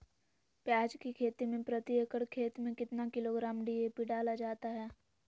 प्याज की खेती में प्रति एकड़ खेत में कितना किलोग्राम डी.ए.पी डाला जाता है?